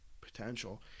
potential